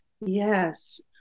Yes